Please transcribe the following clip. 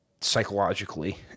psychologically